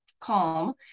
calm